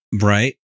Right